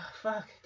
Fuck